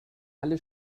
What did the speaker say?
alle